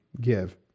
give